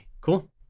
cool